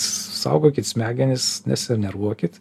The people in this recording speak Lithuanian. saugokit smegenis nesinervuokit